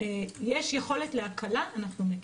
יכולת להקלה, אנחנו מקלים.